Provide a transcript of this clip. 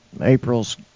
April's